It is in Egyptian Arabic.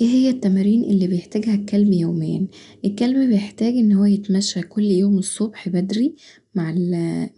ايه هي التمارين اللي بيحتاجها الكلب يوميا؟ الكلب بيحتاج انه يتمشي كل يوم الصبح بدري مع